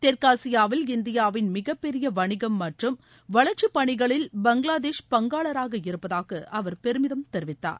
தெற்காசியாவில் இந்தியாவின் மிகப்பெரிய வணிகம் மற்றும் வளர்ச்சிப் பணிகளில் பங்களாதேஷ் பங்காளராக இருப்பதாக அவர் பெருமிதம் தெரிவித்தார்